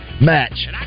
match